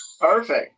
Perfect